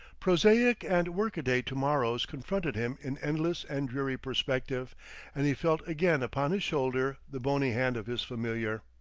prosaic and workaday to-morrows confronted him in endless and dreary perspective and he felt again upon his shoulder the bony hand of his familiar,